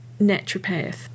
naturopath